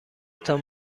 تان